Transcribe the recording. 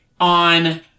on